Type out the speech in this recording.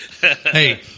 Hey